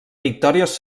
victòries